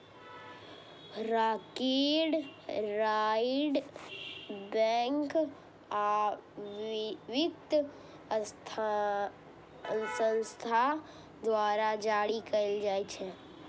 credit card bank आ वित्तीय संस्थान द्वारा जारी कैल जाइ छै